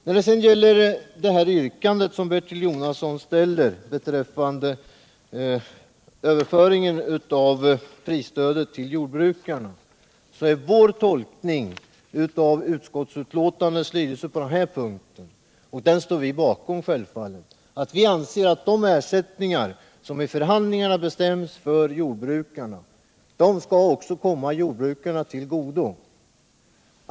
Vad sedan beträffar Bertil Jonassons yrkande om överföringen av prisstödet till jordbrukarna är vår tolkning den som finns i utskottsmajo ritetens skrivning på den punkten, och den står vi självfallet bakom. Nr 54 Vi anser att de ersättningar som i förhandlingarna bestäms för jordbrukarna också skall komma jordbrukarna till godo.